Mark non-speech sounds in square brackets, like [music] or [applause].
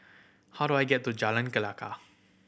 how do I get to Jalan [unintelligible]